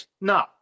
No